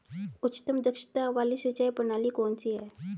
उच्चतम दक्षता वाली सिंचाई प्रणाली कौन सी है?